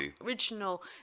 original